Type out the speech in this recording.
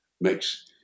makes